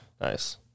Nice